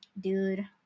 Dude